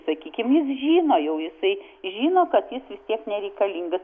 sakykim jis žino jau jisai žino kad jis vis tiek nereikalingas